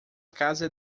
casa